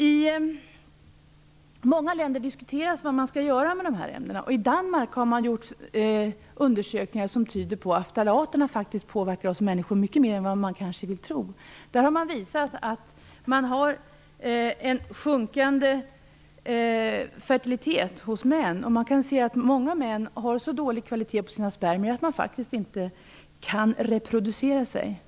I många länder diskuterar man vad man skall göra med de här ämnena. I Danmark har man gjort undersökningar vars resultat tyder på att ftalaterna faktiskt påverkar oss människor mycket mer än vi kanske vill tro. Det har visat sig att fertiliteten hos män har försämrats och att många män har så dålig kvalitet på sina spermier att de faktiskt inte kan reproducera sig.